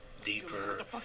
deeper